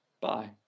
Bye